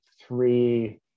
three